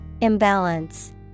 Imbalance